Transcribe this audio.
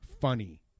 funny